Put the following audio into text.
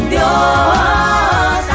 Dios